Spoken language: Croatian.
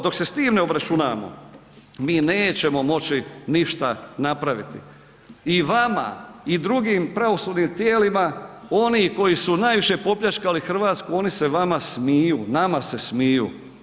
Dok se s tim ne obračunamo, mi nećemo moći ništa napraviti i vama i drugim pravosudnim tijelima oni koji su najviše popljačkali Hrvatsku oni se vama smiju, nama se smiju.